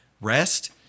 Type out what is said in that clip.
rest